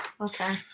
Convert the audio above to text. Okay